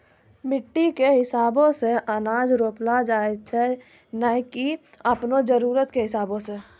मिट्टी कॅ हिसाबो सॅ अनाज रोपलो जाय छै नै की आपनो जरुरत कॅ हिसाबो सॅ